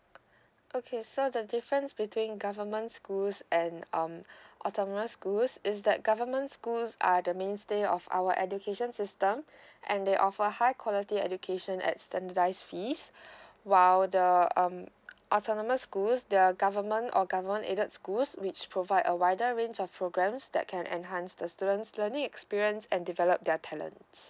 okay so the difference between government schools and um autonomous schools is that government schools are the mainstay of our education system and they offer high quality education at standardise fees while the um autonomous schools their government or government aided schools which provide a wider range of programs that can enhance the students learning experience and developed their talents